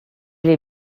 les